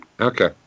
Okay